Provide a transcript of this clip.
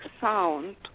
sound